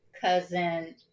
cousin